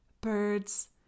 birds